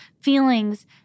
feelings